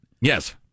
Yes